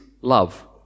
love